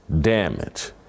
damage